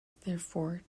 therefore